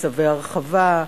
לצווי הרחבה,